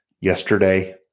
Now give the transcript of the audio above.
yesterday